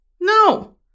No